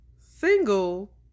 single